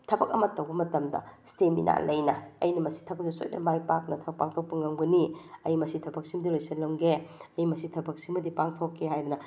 ꯊꯕꯛ ꯑꯃ ꯇꯧꯕ ꯃꯇꯝꯗ ꯏꯁꯇꯦꯃꯤꯅꯥ ꯂꯩꯅ ꯑꯩꯅ ꯃꯁꯤ ꯊꯕꯛꯁꯦ ꯁꯣꯏꯗꯅ ꯃꯥꯏ ꯄꯥꯛꯅ ꯄꯥꯡꯊꯣꯛꯄ ꯉꯝꯒꯅꯤ ꯑꯩ ꯃꯁꯤ ꯊꯕꯛꯁꯤꯝꯗꯤ ꯂꯣꯏꯁꯤꯜꯂꯝꯒꯦ ꯑꯩ ꯃꯁꯤ ꯊꯕꯛꯁꯤꯃꯗꯤ ꯄꯥꯡꯊꯣꯛꯀꯦ ꯍꯥꯏꯗꯅ